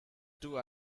too